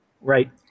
Right